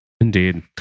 Indeed